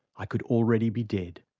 i could already be dead.